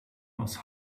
aus